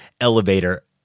elevator